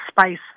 space